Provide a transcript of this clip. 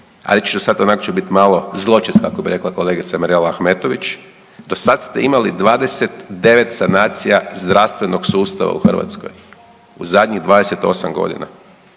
reći ću sad, onak ću bit malo, zločest, kako bi rekla kolegica Mirela Ahmetović, do sad ste imali 29 sanacija zdravstvenog sustava u Hrvatskoj u zadnjih 28 godina.